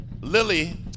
Lily